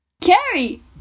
Carrie